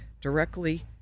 directly